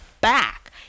back